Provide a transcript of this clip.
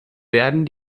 werden